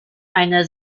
einer